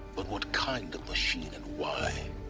but what kind of machine, and why?